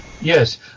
Yes